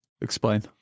Explain